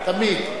תמיד.